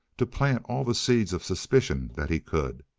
to plant all the seeds of suspicion that he could.